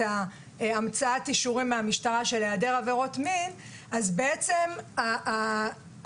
את המצאת אישורי המשטרה של היעדר עבירות מין אז כל תנועה,